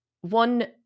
one